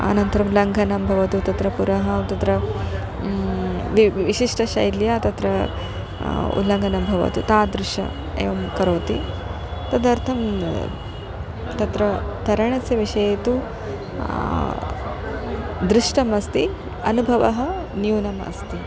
अनन्तरं लङ्घनं भवतु तत्र पुरः तत्र वि विशिष्टशैल्या तत्र उल्लङ्घनं भवतु तादृश एवं करोति तदर्थं तत्र तरणस्य विषये तु दृष्टमस्ति अनुभवः न्यूनम् अस्ति